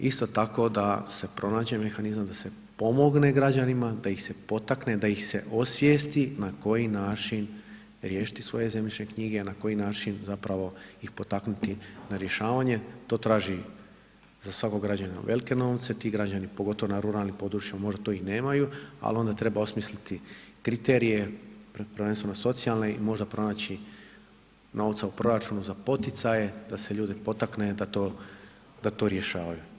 Isto tako, da se pronađe mehanizam, da se pomogne građanima, da ih se potakne, da ih se osvijesti na koji način riješiti svoje zemljišne knjige, na koji način zapravo ih potaknuti na rješavanje, to traži za svakog građanina velike novce, ti građani, pogotovo na ruralnim područjima možda to i nemaju, ali onda treba osmisliti kriterije, prvenstveno socijalne i možda pronaći novca u proračunu za poticaje, da se ljude potakne, da to rješavaju.